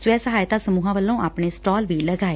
ਸਵੈ ਸਹਾਇਤਾ ਸਮੂਹਾਂ ਵੱਲੋਂ ਆਪਣੇ ਸਟਾਲ ਵੀ ਲਗਾਏ ਗਏ